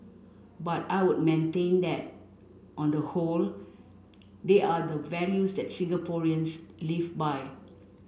but I would maintain that on the whole they are the values that Singaporeans live by